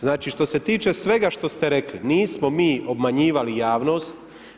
Znači što se tiče svega što ste rekli, nismo mi obmanjivali javnost.